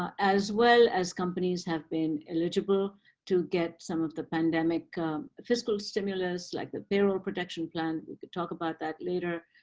as well as companies, have been eligible to get some of the pandemic fiscal stimulus, like the payroll protection plan. we could talk about that later.